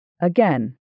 Again